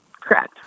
Correct